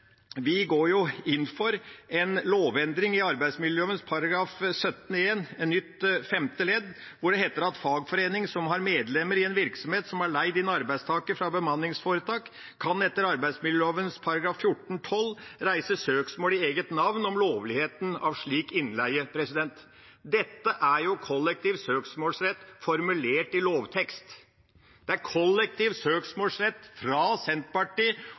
vi går inn for en lovendring i arbeidsmiljøloven § 17-1 nytt femte ledd, hvor det heter at fagforening som har medlemmer i en virksomhet som har leid inn arbeidstakere fra bemanningsforetak, kan etter arbeidsmiljøloven § 14-12 reise søksmål i eget navn om lovligheten av slik innleie. Dette er kollektiv søksmålsrett formulert i lovtekst – kollektiv søksmålsrett fra Senterpartiet